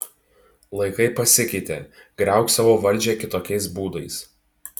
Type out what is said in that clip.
laikai pasikeitė griauk savo valdžią kitokiais būdais